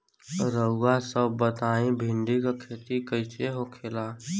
रउआ सभ बताई भिंडी क खेती कईसे होखेला?